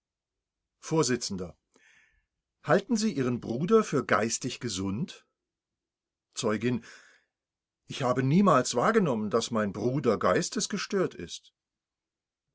vors halten sie ihren bruder für geistig gesund zeugin ich habe niemals wahrgenommen daß mein bruder geistesgestört ist